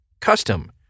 custom